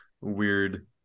weird